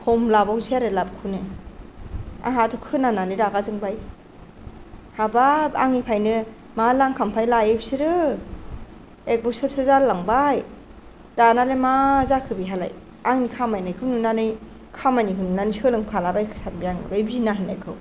खम लाबावसै आरो लाबखौनो आंहाथ' खोनानानै रागा जोंबाय हाबाब आंनिफ्रायनो मा लांखानिफ्रायनो लायो बिसोरो एक बोसोरसो जालाय लांबाय दानालाय मा जाखो बिहालाय आंनि खामायनायखौ नुनानै खामानि हमनानै सोलोंफाला बायखो सानबाय आङो बै बिना होननायखौ